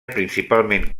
principalment